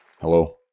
Hello